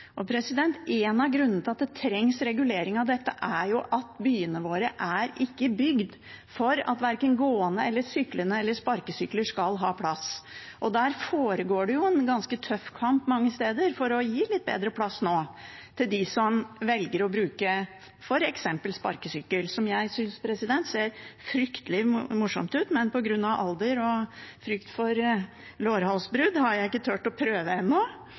En av grunnene til at det trengs regulering av dette, er at byene våre ikke er bygd for at gående eller syklende eller sparkesykler skal ha plass. Der foregår det en ganske tøff kamp mange steder for å gi litt bedre plass nå til dem som velger å bruke f.eks. sparkesykkel, som jeg synes ser fryktelig morsomt ut, men på grunn av alder og frykt for lårhalsbrudd har jeg ikke tort å prøve ennå.